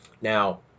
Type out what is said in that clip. now